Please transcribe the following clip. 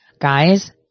guys